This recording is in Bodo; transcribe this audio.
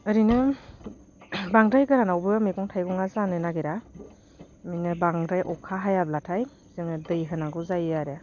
ओरैनो बांद्राय गोरानावबो मैगं थाइगङा जानो नागिरा इदिनो बांद्राय अखा हायाब्लाथाय जोङो दै होनांगौ जायो आरो